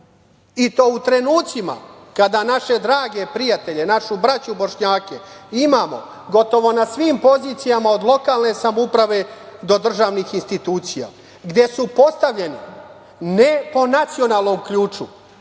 i to u trenucima kada naše drage prijatelje, našu braću Bošnjake imamo gotovo na svim pozicijama, od lokalne samouprave do državnih institucija, gde su postavljeni ne po nacionalnom ključu,